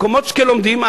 במקומות שכן לומדים,